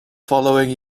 following